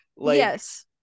yes